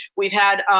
we've had,